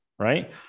right